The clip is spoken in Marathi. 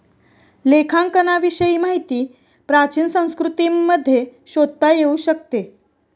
लेखांकनाविषयी माहिती प्राचीन संस्कृतींमध्ये शोधता येऊ शकते